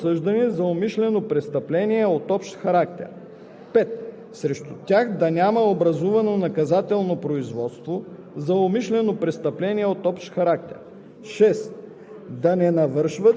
3. да са психологично пригодни за военновременна служба; 4. да не са осъждани за умишлено престъпление от общ характер; 5.